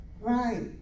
Right